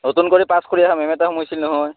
নতুন কৰি পাছ কৰি অহা মে'ম এটা সোমইছিল নহয়